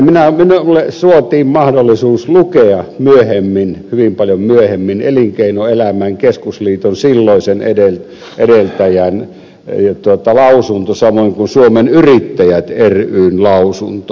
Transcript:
nimittäin minulle suotiin mahdollisuus lukea myöhemmin hyvin paljon myöhemmin elinkeinoelämän keskusliiton silloisen edeltäjän lausunto samoin kuin suomen yrittäjät ryn lausunto